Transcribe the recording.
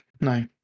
No